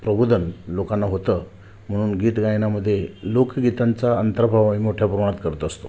प्रबोधन लोकांना होतं म्हणून गीत गायनामध्ये लोकगीतांचा अंतर्भाव आम्ही मोठ्या प्रमाणावर करत असतो